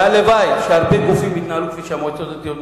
הלוואי שהרבה גופים יתנהלו כמו המועצות הדתיות.